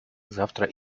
завтра